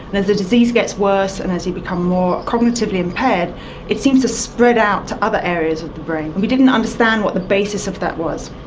and as the disease gets worse and as you become more cognitively impaired it seems to spread out to other areas of the brain. we didn't understand what the basis of that was.